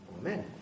Amen